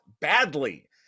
badly